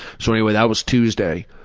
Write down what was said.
so anyway that was tuesday.